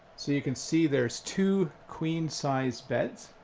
so you can see there's two queen sized beds.